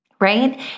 Right